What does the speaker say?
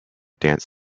dance